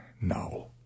No